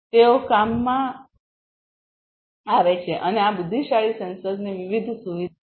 તેઓ કામમાં છે અને આ બુદ્ધિશાળી સેન્સર્સની વિવિધ સુવિધાઓ છે